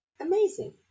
Amazing